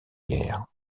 guerres